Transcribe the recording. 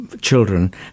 children